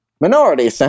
Minority